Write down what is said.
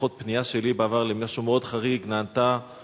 לפחות פנייה שלי בעבר למשהו מאוד חריג נענתה,